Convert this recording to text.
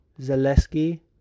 Zaleski